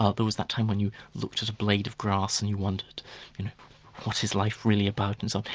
ah there was that time when you looked at a blade of grass and you wondered what is life really about and so on.